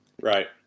right